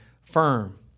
firm